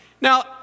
Now